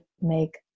make